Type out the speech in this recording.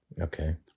Okay